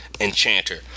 enchanter